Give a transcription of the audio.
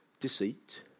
deceit